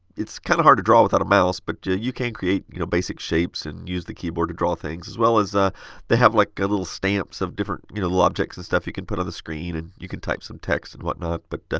it's kind of hard to draw without a mouse, but yeah you can create you know basic shapes use the keyboard to draw things as well as ah they have like little stamps of different you know little objects and stuff you can put on the screen, and you can type some text and whatnot. but,